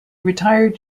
retired